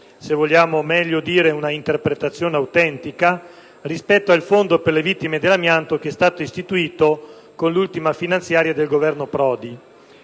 per meglio dire un'interpretazione autentica, rispetto al Fondo per le vittime dell'amianto istituito con l'ultima finanziaria del Governo Prodi.